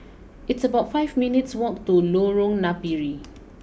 it's about five minutes walk to Lorong Napiri